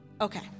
okay